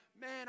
man